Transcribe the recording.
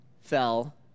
fell